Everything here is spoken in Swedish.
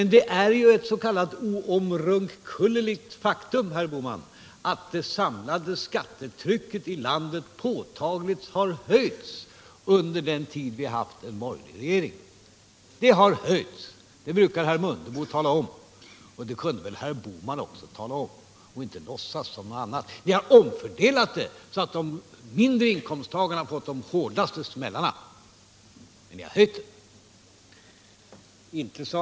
Men det är ju, herr Bohman, ett s.k. oomkullrunkeligt faktum att det samlade skattetrycket i landet påtagligt har ökat under den tid vi har haft en borgerlig regering. Det brukar herr Mundebo tala om och det kunde väl även herr Bohman säga i stället för att låtsas någonting annat. Ni har omfördelat skattetrycket så att de mindre inkomsttagarna har fått de hårdaste smällarna, men ni har ökat det.